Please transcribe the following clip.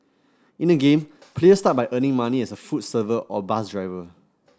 in the game players start by earning money as a food server or bus driver